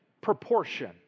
proportion